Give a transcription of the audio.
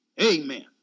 Amen